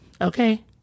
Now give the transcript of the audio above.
Okay